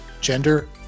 gender